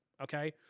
okay